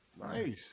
Nice